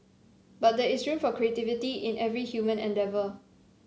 but there is room for creativity in every human endeavour